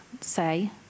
say